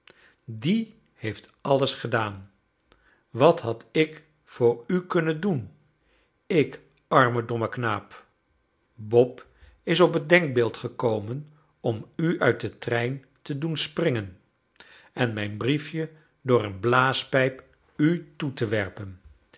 die heeft alles gedaan wat had ik voor u kunnen doen ik arme domme knaap bob is op het denkbeeld gekomen om u uit den trein te doen springen en mijn briefje door een blaaspijp u toe te werpen